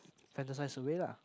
fantasize away lah